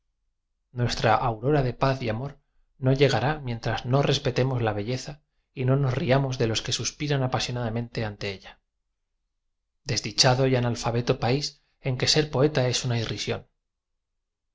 nuestra aurora de paz y amor no llegará mientras no respetemos la belleza y no nos riamos de los que suspiran apasionadamente ante ella desdichado y analfabeto país en que ser poeta es una irris